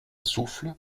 souffle